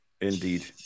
Indeed